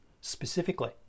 specifically